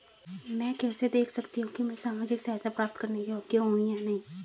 मैं कैसे देख सकती हूँ कि मैं सामाजिक सहायता प्राप्त करने के योग्य हूँ या नहीं?